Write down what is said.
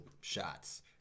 shots